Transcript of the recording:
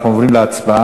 אנחנו עוברים להצבעה.